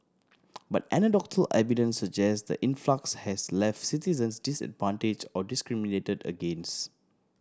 but anecdotal evidence suggests the influx has left citizens disadvantage or discriminated against